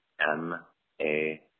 M-A